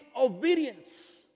obedience